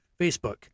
Facebook